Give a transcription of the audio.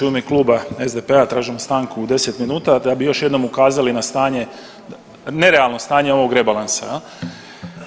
U ime Kluba SDP-a tražim stanku od 10 minuta da bi još jednom ukazali na stanje, nerealno stanje ovog rebalansa jel.